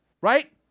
Right